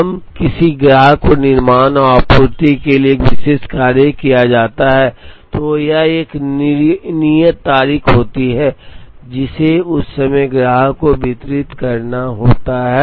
अब जब किसी ग्राहक को निर्माण और आपूर्ति के लिए एक विशेष कार्य किया जाता है तो एक नियत तारीख होती है जिसे उस समय ग्राहक को वितरित करना होता है